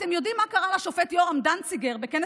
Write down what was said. אתם יודעים מה קרה לשופט יורם דנציגר בכנס